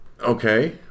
Okay